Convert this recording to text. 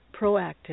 proactive